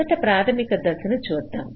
మొదట ప్రాథమిక దశను చూద్దాం